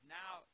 now